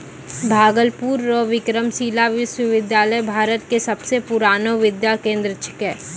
भागलपुर रो विक्रमशिला विश्वविद्यालय भारत के सबसे पुरानो विद्या केंद्र छिकै